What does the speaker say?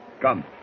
Come